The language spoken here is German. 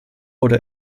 oder